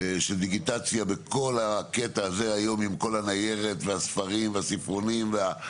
של דיגיטציה בכל הקטע הזה היום עם כל הניירת והספרים והסיפורים,